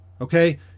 okay